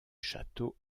château